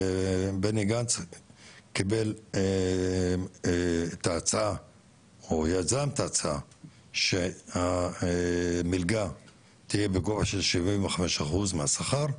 בני גנץ יזם את ההצעה שהמלגה תהיה בגובה של שבעים וחמש אחוז מהשכר,